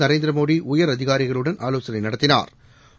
நரேந்திரமோடி உயர் அதிகாரிகளுடன் ஆலோசனை நடத்தினாா்